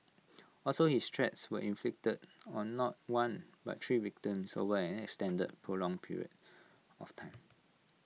also his threats were inflicted on not one but three victims over an extended and prolong period of time